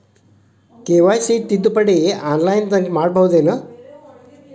KYC ತಿದ್ದುಪಡಿ ಆನ್ಲೈನದಾಗ್ ಮಾಡ್ಬಹುದೇನು?